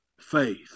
faith